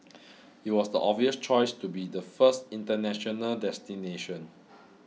it was the obvious choice to be the first international destination